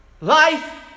life